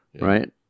right